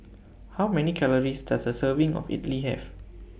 How Many Calories Does A Serving of Idili Have